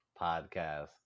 podcast